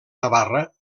navarra